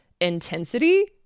intensity